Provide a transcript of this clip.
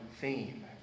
theme